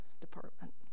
department